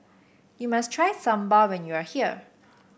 you must try Sambar when you are here